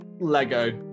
Lego